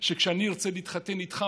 שכשאני ארצה להתחתן איתך,